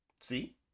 See